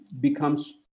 becomes